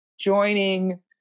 joining